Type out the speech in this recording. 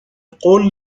قول